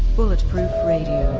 bulletproof radio,